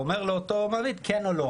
כן או לא.